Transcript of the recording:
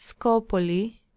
Scopoli